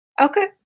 Okay